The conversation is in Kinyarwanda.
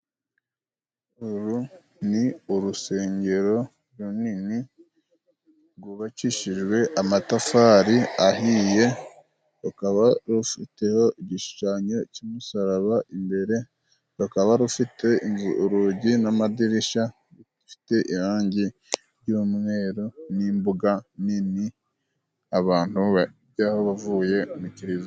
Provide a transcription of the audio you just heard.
Uru ni urusengero runini rwubakishijwe amatafari ahiye, rukaba rufiteho igishushanyo cy'umusaraba imbere, rukaba rufite urugi n'amadirishya, rufite irangi jy'umweru n'imbuga nini abantu bavuye mu Kiliziya.